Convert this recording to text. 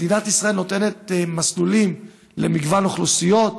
מדינת ישראל נותנת מסלולים למגוון אוכלוסיות,